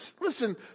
Listen